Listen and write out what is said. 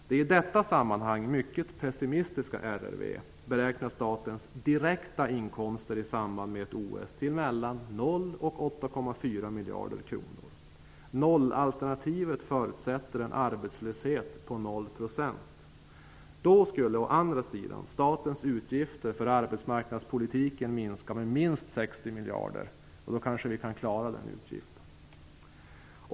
Det i detta sammanhang mycket pessimistiska RRV beräknar statens direkta inkomster i samband med ett OS till mellan 0 och 8,4 miljarder kronor. 0 alternativet förutsätter en arbetslöshet på 0 %. Då skulle å andra sidan statens utgifter för arbetsmarknadspolitiken minska med minst 60 miljarder, och då skulle vi kanske klara den utgiften!